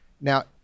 Now